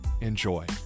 Enjoy